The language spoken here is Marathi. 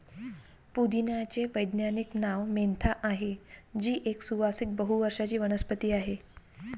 पुदिन्याचे वैज्ञानिक नाव मेंथा आहे, जी एक सुवासिक बहु वर्षाची वनस्पती आहे